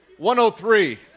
103